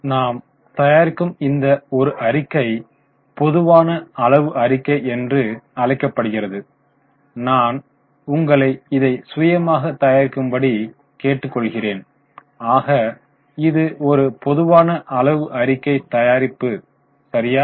எனவே நாம் தயாரிக்கும் இந்த ஒரு அறிக்கை பொதுவான அளவு அறிக்கை என்று அழைக்கப்படுகிறது நான் உங்களை இதை சுயமாக தயாரிக்கும் படி கேட்டுக் கொள்கிறேன் ஆக இது ஒரு பொதுவான அளவு அறிக்கை தயாரிப்பு சரியா